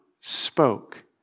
spoke